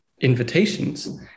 invitations